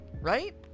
right